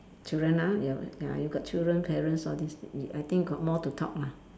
children ah ya ya you got children parents all this I think got more to talk lah